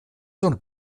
sonne